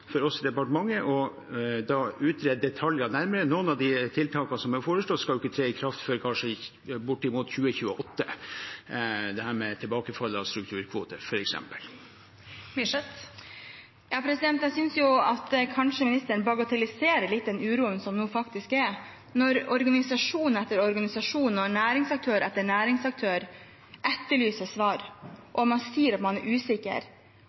for oss i departementet å utrede detaljene nærmere. Noen av de tiltakene som er foreslått, skal ikke tre i kraft før kanskje bortimot 2028 – dette med tilbakefall av strukturkvoter, f.eks. Cecilie Myrseth – til oppfølgingsspørsmål. Jeg synes at statsråden kanskje bagatelliserer litt den uroen som nå faktisk er der. Når organisasjon etter organisasjon og næringsaktør etter næringsaktør etterlyser svar og man sier man er usikker